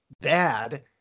bad